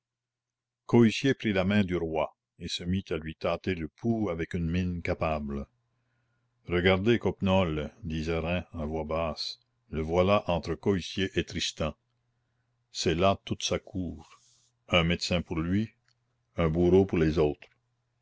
coictier prit la main du roi et se mit à lui tâter le pouls avec une mine capable regardez coppenole disait rym à voix basse le voilà entre coictier et tristan c'est là toute sa cour un médecin pour lui un bourreau pour les autres